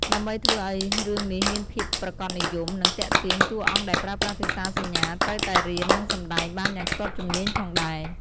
ដើម្បីធ្វើឱ្យរឿងនេះមានភាពប្រាកដនិយម និងទាក់ទាញ តួអង្គដែលប្រើប្រាស់ភាសាសញ្ញាត្រូវតែរៀន និងសម្ដែងបានយ៉ាងស្ទាត់ជំនាញផងដែរ ។